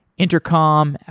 intercom,